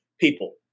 people